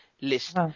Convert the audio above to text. list